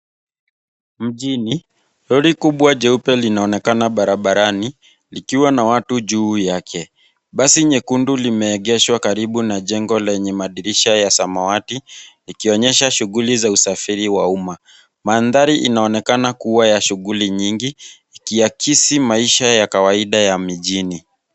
Mjini, lori kubwa jeupe linaonekana barabarani likiwa na watu juu yake. Basi nyekundu limeegeshwa karibu na jengo lenye madirisha ya samawati, ikionyesha shughuli za usafiri wa umma. Mandhari inaonekana kuwa ya shughuli nyingi, ikiakisi maisha ya kawaida ya mijini.